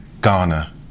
Ghana